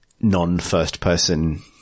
non-first-person